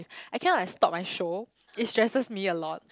I cannot like stop my show it stresses me a lot